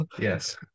Yes